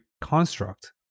construct